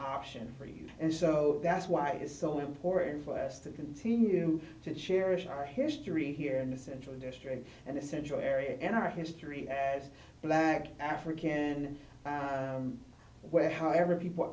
option for you and so that's why it is so important for us to continue to cherish our history here in the central district and a central area in our history as black african where however people